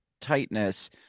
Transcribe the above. tightness